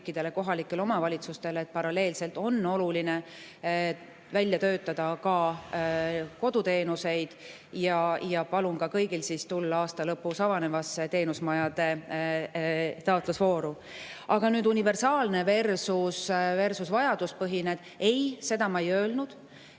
kohalikele omavalitsustele, et paralleelselt on oluline välja töötada koduteenuseid, ja palun ka kõigil tulla aasta lõpus avanevasse teenusmajade taotlusvooru. Aga nüüd universaalneversusvajaduspõhine – ei, seda ma ei öelnud.